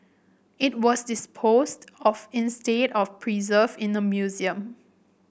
it was disposed of instead of preserved in a museum